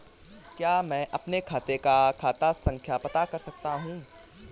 क्या मैं अपने खाते का खाता संख्या पता कर सकता हूँ?